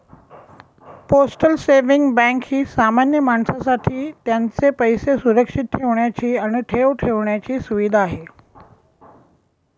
postal saving bank ही सामान्य माणसासाठी त्यांचे पैसे सुरक्षित ठेवण्याची आणि ठेव ठेवण्याची सुविधा आहे